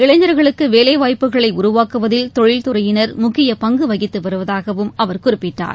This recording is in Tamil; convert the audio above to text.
இளைஞர்களுக்கு வேலைவாய்ப்புக்களை உருவாக்குவதில் தொழில்துறையினர் முக்கிய பங்கு வகித்து வருவதாகவும் அவர் குறிப்பிட்டார்